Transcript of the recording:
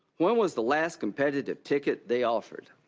when was the last competitive ticket they offered?